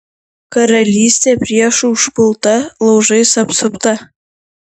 karalystė priešų užpulta laužais apsupta